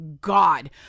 God